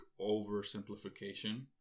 oversimplification